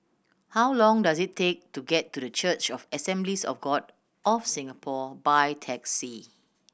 how long does it take to get to The Church of the Assemblies of God of Singapore by taxi